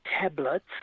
tablets